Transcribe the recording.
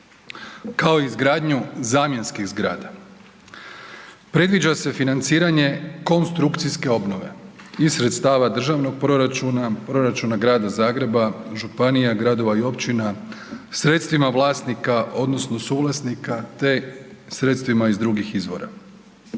kao i izgradnju zamjenskih zgrada. Predviđa se financiranje konstrukcije obnove iz sredstava državnog proračuna, proračuna Grada Zagreba, županija, gradova i općina sredstvima vlasnika odnosno suvlasnika te sredstvima iz drugih izvora.